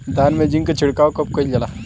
धान में जिंक क छिड़काव कब कइल जाला?